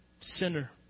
Sinner